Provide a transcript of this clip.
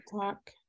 talk